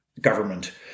government